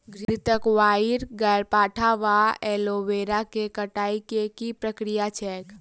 घृतक्वाइर, ग्यारपाठा वा एलोवेरा केँ कटाई केँ की प्रक्रिया छैक?